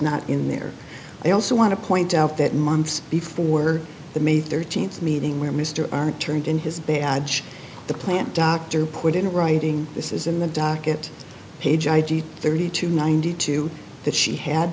not in there they also want to point out that months before the may thirteenth meeting where mr r turned in his badge the plant doctor put in writing this is in the docket page id thirty two ninety two that she had